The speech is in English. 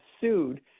sued